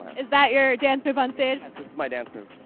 is that your dance move on stage? this is my dance move.